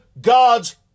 God's